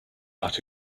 out